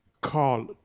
call